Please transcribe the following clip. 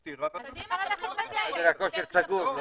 הסתירה ועכשיו --- חדר הכושר סגור,